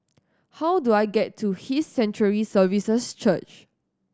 how do I get to His Sanctuary Services Church